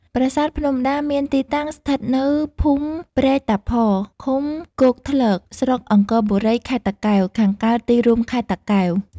ប្រាសាទភ្នំដា មានទីតាំងស្ថិតនៅភូមិព្រែកតាផ ឃុំគោកធ្លក ស្រុកអង្គរបូរី ខេត្តតាកែវ ខាងកើតទីរួមខេត្តតាកែវ។